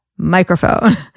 microphone